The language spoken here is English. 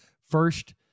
first